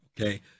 okay